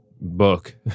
book